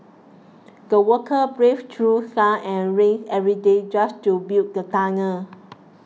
the workers braved through sun and rain every day just to build the tunnel